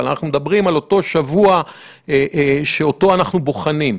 אבל אנחנו מדברים על אותו שבוע שאותו אנחנו בוחנים.